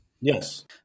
Yes